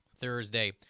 Thursday